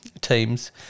teams